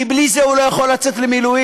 כי בלי זה הוא לא יכול לצאת למילואים.